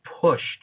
pushed